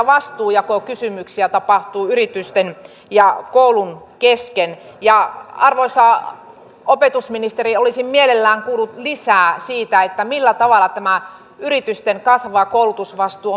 vastuunjakokysymyksiä herää yritysten ja koulun kesken arvoisa opetusministeri olisin mielelläni kuullut lisää siitä millä tavalla on pystytty huomioimaan tämä yritysten kasvava koulutusvastuu